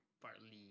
partly